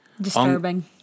disturbing